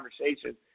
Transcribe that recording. conversation